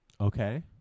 Okay